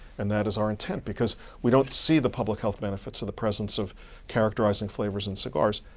and that is our intent, because we don't see the public health benefits for the presence of characterizing flavors in cigars.